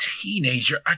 Teenager